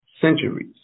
centuries